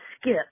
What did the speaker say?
Skip